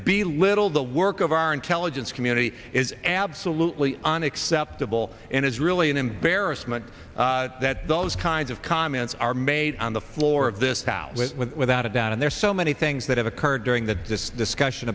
be little the work of our intelligence community is absolutely unacceptable and it's really an embarrassment that those kinds of comments are made on the floor of this power without a doubt and there are so many things that have occurred during that this discussion